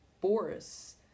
Boris